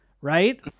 right